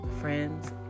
friends